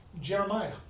Jeremiah